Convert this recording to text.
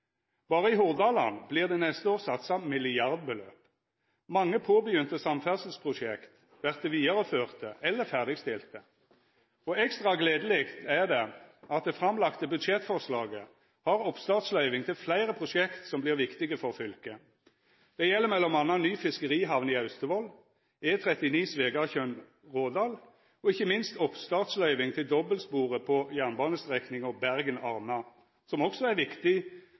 Berre i Hordaland vert det neste år satsa milliardbeløp. Mange påbegynte samferdselsprosjekt vert vidareførte eller ferdigstilte, og ekstra gledeleg er det at det framlagde budsjettforslaget har oppstartsløyving til fleire prosjekt som vert viktige for fylket. Det gjeld m.a. ny fiskerihamn i Austevoll, E39 Svegatjørn–Rådal og ikkje minst oppstartsløyving til dobbeltsporet på jernbanestrekninga Bergen–Arna, som også er ei viktig